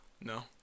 No